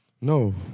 No